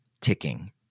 ticking